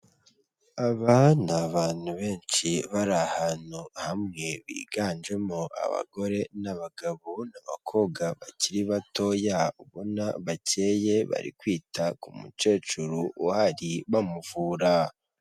Aba ni abantu benshi bari ahantu hamwe biganjemo abagore n'abagabo, abakobwa bakiri batoya ubona bakeye, bari kwita ku mukecuru uhari bamuvura.